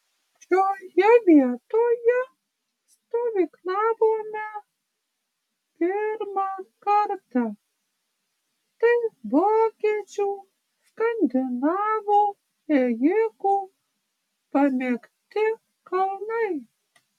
šioje vietoje stovyklavome pirmą kartą tai vokiečių skandinavų ėjikų pamėgti kalnai